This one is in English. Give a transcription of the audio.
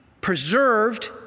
preserved